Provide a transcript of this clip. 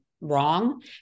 wrong